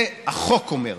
זה החוק אומר,